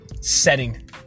setting